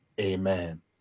Amen